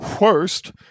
worst